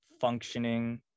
functioning